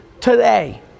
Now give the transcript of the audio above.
Today